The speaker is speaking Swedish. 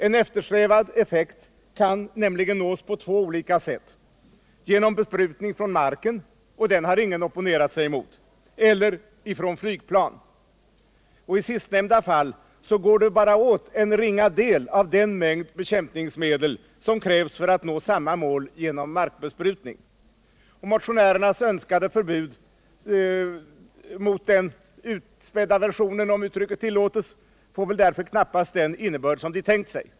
En eftersträvad effekt kan nämligen nås på två olika sätt: genom besprutning från marken — och den har ingen opponerat sig mot — eller från flygplan. I det sistnämnda fallet går det åt bara en ringa del av den mängd bekämpningsmedel som krävs för att nå samma mål genom markbesprutning. Motionärernas önskade förbud mot den utspädda versionen, om uttrycket tillåts, får därför knappast den innebörd de tänkt sig.